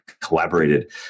collaborated